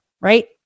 right